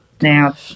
Now